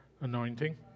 Anointing